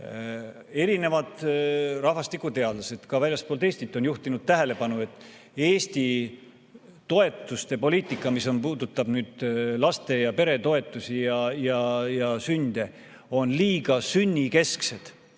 erinevad rahvastikuteadlased ka väljaspool Eestit on juhtinud tähelepanu, et Eesti toetustepoliitika, mis puudutab laste‑ ja peretoetusi ja sünde, on liiga sünnikeskne